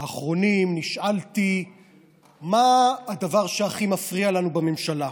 האחרונים נשאלתי מה הדבר שהכי מפריע לנו בממשלה,